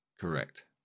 correct